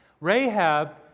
Rahab